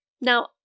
now